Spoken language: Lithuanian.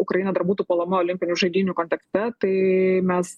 ukraina dar būtų puolama olimpinių žaidynių kontekste tai mes